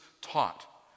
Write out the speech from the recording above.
taught